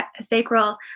sacral